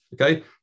Okay